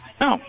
no